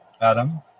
Adam